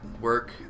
work